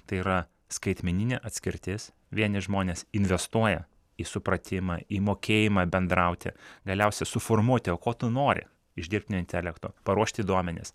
tai yra skaitmeninė atskirtis vieni žmonės investuoja į supratimą į mokėjimą bendrauti galiausia suformuoti o ko tu nori iš dirbtinio intelekto paruošti duomenis